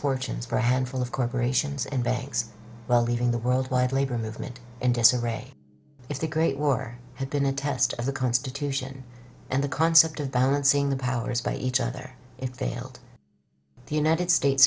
fortunes for a handful of corporations and banks well leaving the worldwide labor movement in disarray if the great war had been a test of the constitution and the concept of balancing the powers by each other if they held the united states